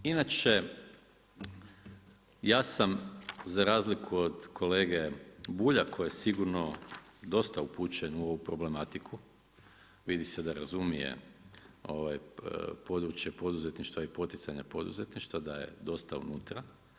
Inače ja sam za razliku od kolege Bulja koji je sigurno dosta upućen u ovu problematiku, vidi se da razumije, područje poduzetnika i poticanje poduzetništva, da je dosta unutra.